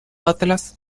atlas